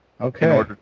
Okay